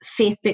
Facebook